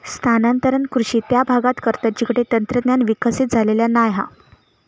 स्थानांतरण कृषि त्या भागांत करतत जिकडे तंत्रज्ञान विकसित झालेला नाय हा